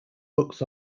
books